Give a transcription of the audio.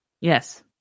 Yes